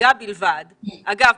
מגע בלבד אגב,